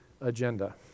agenda